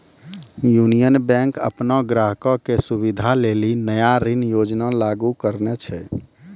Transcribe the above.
union Bank अपनो ग्राहको के सुविधा लेली नया ऋण योजना लागू करने छै